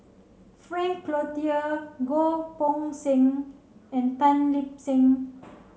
Frank Cloutier Goh Poh Seng and Tan Lip Seng